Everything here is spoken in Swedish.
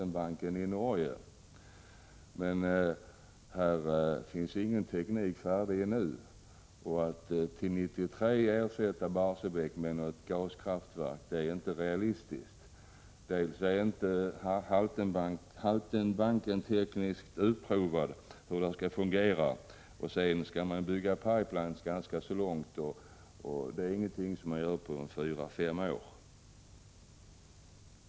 Men för detta finns ingen färdig teknik nu. Att till 1993 ersätta Barsebäcksverket med gasverk är inte realistiskt: Dels är inte Haltenbanken tekniskt utprovad, dels skall man bygga ganska långa pipelines. Det är inte någonting som man gör på fyra fem år.